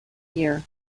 year